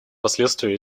последствия